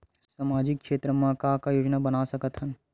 सामाजिक क्षेत्र बर का का योजना बना सकत हन?